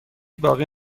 باقی